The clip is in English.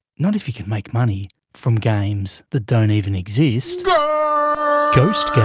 not if you can make money from games that don't even exist. ghost